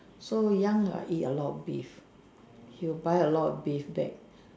so young I eat a lot of beef he'll buy a lot beef back